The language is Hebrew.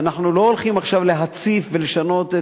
ואנחנו לא הולכים עכשיו להציף ולשנות.